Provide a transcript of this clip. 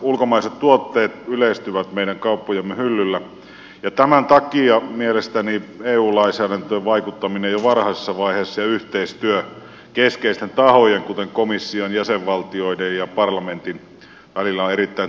ulkomaiset tuotteet yleistyvät meidän kauppojemme hyllyllä ja tämän takia mielestäni eu lainsäädäntöön vaikuttaminen jo varhaisessa vaiheessa ja yhteistyö keskeisten tahojen kuten komission jäsenvaltioiden ja parlamentin välillä on erittäin tärkeää